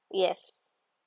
yes